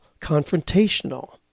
confrontational